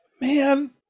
man